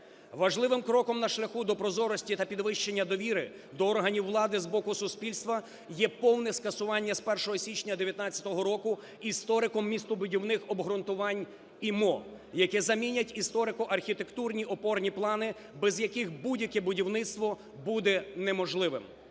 Важливим кроком на шляху до прозорості та підвищення довіри до органів влади з боку суспільства є повне скасування з 1 січня 2019 рокуісторико-містобудівних обґрунтувань (ІМО), які замінять історико-архітектурні опорні плани, без яких будь-яке будівництво буде неможливим.